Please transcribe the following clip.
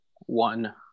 one